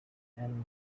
and